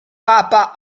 papa